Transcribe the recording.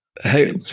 Hey